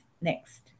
Next